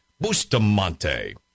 Bustamante